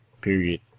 Period